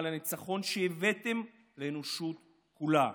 על הניצחון שהבאתם לאנושות כולה.